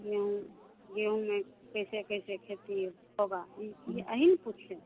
गेहूँ गेहूँ में कैसे कैसे खेती होगा ये हीं पूछे